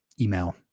email